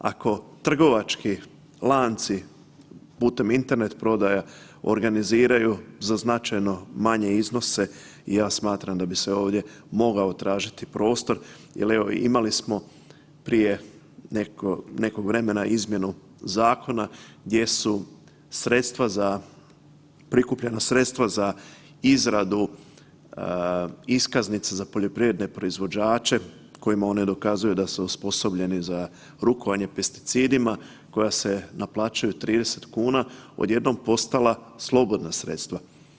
Ako trgovački lanci putem Internet prodaja organiziraju za značajno manje iznose i ja smatram da bi se ovdje mogao tražiti prostor jer evo imali smo prije nekog vremena izmjenu zakona gdje su sredstva za, prikupljena sredstva za izradu iskaznica za poljoprivredne proizvođače kojima oni dokazuju da su osposobljeni za rukovanje pesticidima koja se naplaćuju 30 kuna odjednom postala slobodna sredstva.